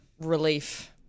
relief